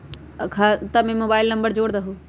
खाता में mobile number जोड़ दहु?